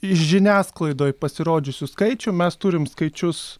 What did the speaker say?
iš žiniasklaidoj pasirodžiusių skaičių mes turim skaičius